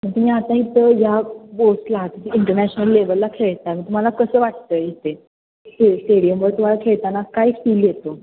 तुम्ही आता इथं या पोस्टला आहात इंटरनॅशनल लेवलला खेळत आहे मग तुम्हाला कसं वाटतं इथे स्ट स्टेडियमवर तुम्हाला खेळताना काय फील येतो